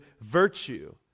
Virtue